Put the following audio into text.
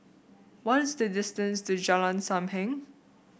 what is the distance to Jalan Sam Heng